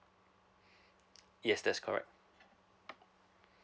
yes that's correct